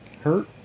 hurt